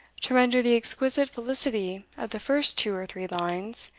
to render the exquisite felicity of the first two or three lines,